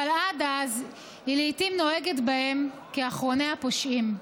אבל עד אז היא לעיתים נוהגת בהם כבאחרוני הפושעים.